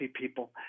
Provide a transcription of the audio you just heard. people